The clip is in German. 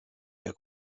der